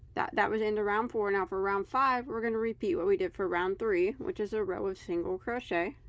that that was in the round four now and for round five. we're gonna repeat what we did for round three which is a row of single crochet,